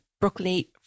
broccoli